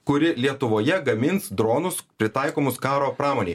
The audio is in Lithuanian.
kuri lietuvoje gamins dronus pritaikomus karo pramonėj